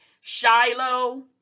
Shiloh